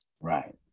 Right